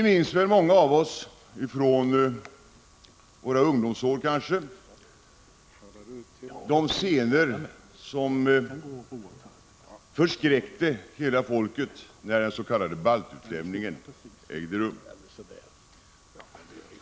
Många av oss minns kanske från våra ungdomsår de scener som förskräckte hela folket när den s.k. baltutlämningen ägde rum.